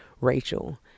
Rachel